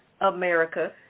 America